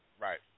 Right